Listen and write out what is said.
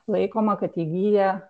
laikoma kad įgyja